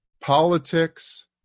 politics